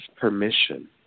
permission